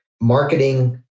marketing